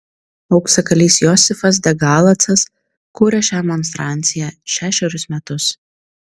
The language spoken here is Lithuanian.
auksakalys josifas de galacas kūrė šią monstranciją šešerius metus